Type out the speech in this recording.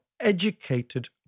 educated